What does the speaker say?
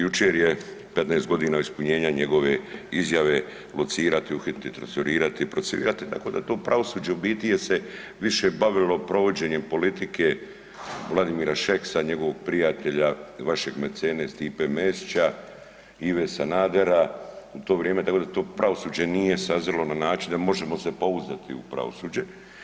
Jučer je 15 godina ispunjenja njegove izjave locirati, uhititi, transferirati, procesuirati tako da to pravosuđe u biti je se više bavilo provođenjem politike Vladimira Šeks, njegovog prijatelja vašeg mecene Stipe Mesića, Ive Sanader u to vrijeme, tako da to pravosuđe nije sazrelo na način da možemo se pouzdati u pravosuđe.